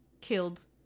killed